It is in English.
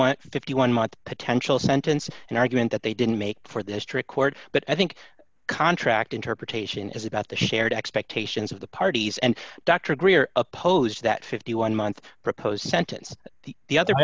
want fifty one month potential sentence an argument that they didn't make for this trick court but i think contract interpretation is about the shared expectations of the parties and dr greer opposed that fifty one month proposed sentence the the